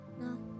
No